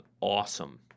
awesome